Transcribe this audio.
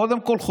קודם כול,